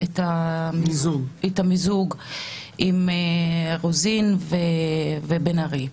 המיזוג עם חברות הכנסת רוזין ובן ארי.